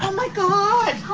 my god